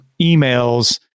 emails